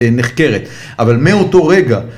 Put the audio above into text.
נחקרת אבל מאותו רגע